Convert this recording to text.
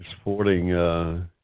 Sporting